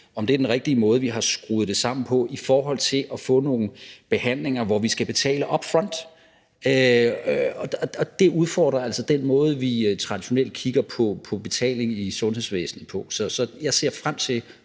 om det er den rigtige måde, vi har skruet det sammen på, i forhold til at få nogle behandlinger hvor vi skal betale up front. Det udfordrer altså den måde, vi traditionelt kigger på betaling i sundhedsvæsenet på. Så jeg ser frem til